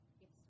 Yes